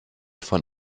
von